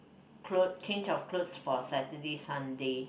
clothes change of clothes for Saturday Sunday